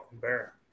bear